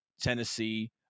Tennessee